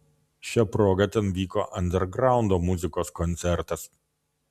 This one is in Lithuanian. šia proga ten vyko andergraundo muzikos koncertas